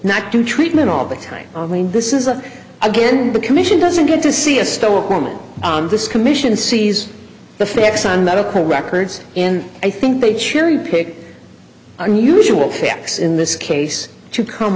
not do treatment all the time i mean this is a again the commission doesn't get to see a stoic woman on this commission sees the facts on medical records in i think they cherry pick unusual facts in this case to come